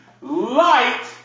light